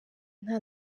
nta